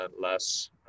less